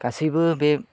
गासैबो बे